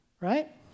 right